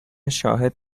شاهد